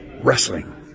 Wrestling